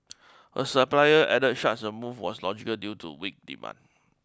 a supplier added such a move was logical due to weak demand